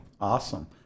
Awesome